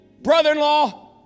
Brother-in-Law